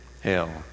hell